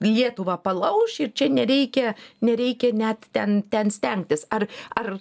lietuvą palauš ir čia nereikia nereikia net ten ten stengtis ar ar